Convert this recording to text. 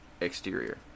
exterior